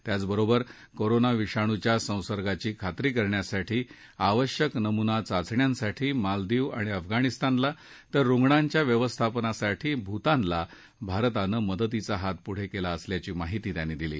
त्याचबरोबर कोरोना विषाणूच्या संसर्गांची खात्री करण्यासाठी आवश्यक नमुना चाचण्यांसाठी मालदीव आणि अफगाणिस्तानला तर रुणांच्या व्यवस्थापनासाठी भुतानला भारतानं मदतीचा हात पुढे केला असल्याची माहिती त्यांनी दिली